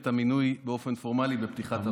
נעשה את המינוי באופן פורמלי בפתיחת הוועדה.